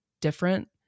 different